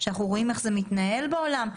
שאנחנו רואים איך זה מתנהל בעולם,